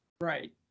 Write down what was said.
Right